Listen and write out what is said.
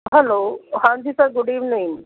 hello ਹਾਂਜੀ sir good evening